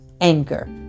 anger